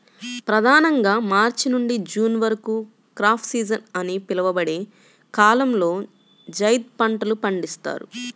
ప్రధానంగా మార్చి నుండి జూన్ వరకు క్రాప్ సీజన్ అని పిలువబడే కాలంలో జైద్ పంటలు పండిస్తారు